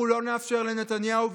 אנחנו לא נאפשר לנתניהו,